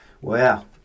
Wow